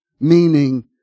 Meaning